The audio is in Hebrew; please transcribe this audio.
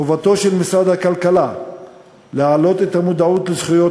חובתו של משרד הכלכלה להעלות את המודעות לזכויות